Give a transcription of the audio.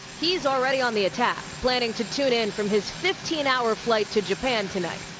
he's already on the attack, planning to tune in from his fifteen hour flight to japan tonight.